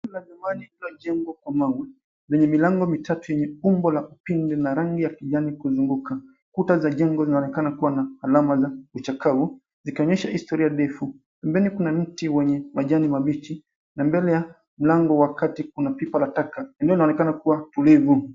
Jengo la nyumbani lililojengwa kwa mawe, lenye milango mitatu yenye umbo la upinde na rangi ya kijani kuzunguka. Kuta za jengo zinaonekana kuwa na alama za uchakafu zikionyesha historia ndefu. Mbele kuna mti wenye majani mabichi na mbele ya mlango wa kati kuna pipa la taka. Eneo linaonekana kuwa tulivu.